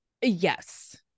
Yes